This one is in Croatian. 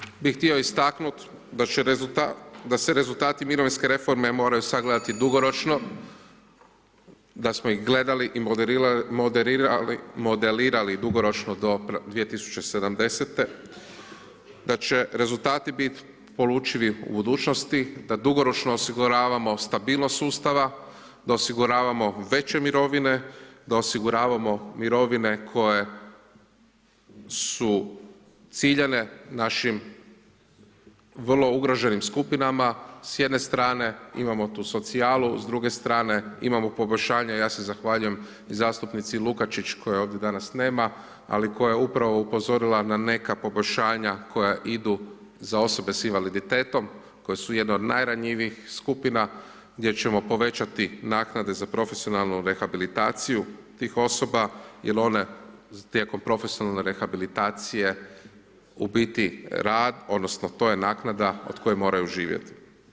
Zaključno, bi htio istaknuti, da se rezultati mirovinske reforme moraju sagledati dugoročno da smo ih gledali i modelirali dugoročno do 2070. da će rezultati biti polučili u budućnosti, da dugoročno osiguravamo stabilnost sustava, da osiguravamo veće mirovine, da osiguravamo mirovine koje su ciljane našim vrlo ugroženim skupinama, s jedne strane imamo tu socijalu, s druge strane imamo pogoršanje ja se zahvaljujem zastupnici Lukačić koje ovdje danas nema, ali koja je upravo upozorila na neka poboljšanja, koja idu za osobe s invaliditetom, koja su jedna od najranjivijih skupina, gdje ćemo povećati naknade za profesionalnu rehabilitaciju tih osoba, jer one tijekom profesionalne rehabilitacije, u biti rad, odnosno, to je naknada od koje moraju živjeti.